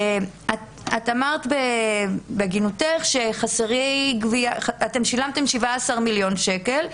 את אמרת בהגינותך, שאתם שילמתם 17 מיליון שקל,